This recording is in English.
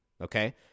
Okay